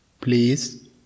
Please